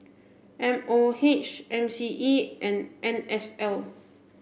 M O H M C E and N S L